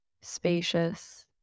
spacious